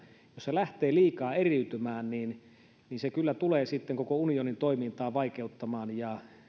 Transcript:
lähtee liikaa eriytymään niin niin se kyllä tulee sitten koko unionin toimintaa vaikeuttamaan ja